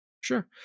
sure